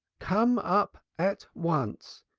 come up at once.